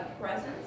presence